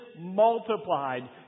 multiplied